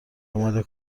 آماده